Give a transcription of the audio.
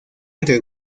entre